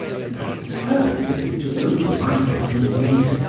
and i turned as if to open my garden gate,